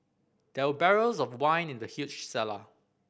there were barrels of wine in the huge cellar